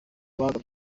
bagabye